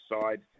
side